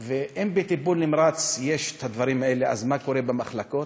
ואם בטיפול נמרץ יש דברים כאלה אז מה קורה במחלקות,